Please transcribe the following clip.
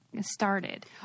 started